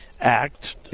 act